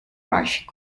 rush